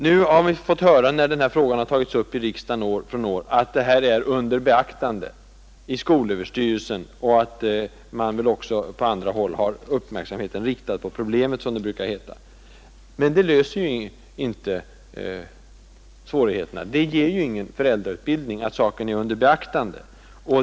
Nu har vi fått höra, när den här frågan tagits upp i riksdagen år efter år, att saken är under beaktande i skolöverstyrelsen. Också på andra håll har man uppmärksamheten riktad på problemet, som det brukar heta. Men därmed undanröjs inte svårigheterna. Det ger ju ingen föräldrautbildning att saken är under beaktande.